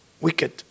wicked